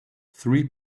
three